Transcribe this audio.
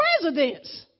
presidents